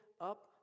up